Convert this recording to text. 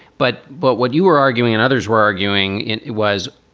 but but what you were arguing and others were arguing it it was,